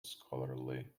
scholarly